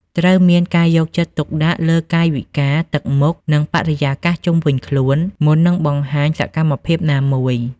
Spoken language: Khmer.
ត្រូវមានការយកចិត្តទុកដាក់លើកាយវិការ ទឹកមុខ និងបរិយាកាសជុំវិញខ្លួន មុននឹងបង្ហាញសកម្មភាពណាមួយ។